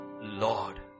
Lord